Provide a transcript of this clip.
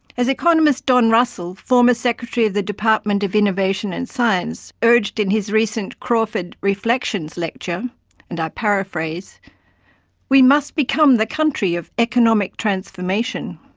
as economist don russell, former secretary of the department of innovation and science, urged in his recent crawford reflections lecture and i paraphrase we must become the country of economic transformation.